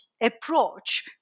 approach